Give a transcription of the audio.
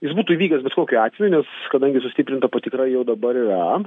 jis būtų įvykęs bet kokiu atvejunes kadangi sustiprinta patikra jau dabar yra